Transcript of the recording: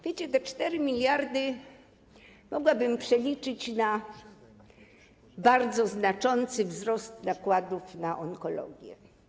Wiecie, te 4 mld zł mogłabym przeliczyć na bardzo znaczący wzrost nakładów na onkologię.